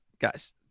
Guys